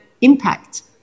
impact